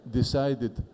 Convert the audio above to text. decided